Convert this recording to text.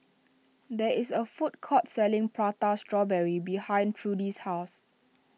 there is a food court selling Prata Strawberry behind Trudy's house